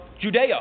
Judea